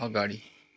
अगाडि